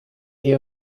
ehe